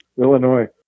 Illinois